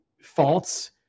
faults